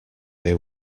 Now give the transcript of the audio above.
they